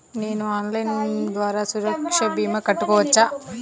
నేను ఆన్లైన్ ద్వారా సురక్ష భీమా కట్టుకోవచ్చా?